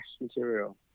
material